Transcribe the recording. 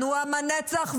אנחנו עם הנצח,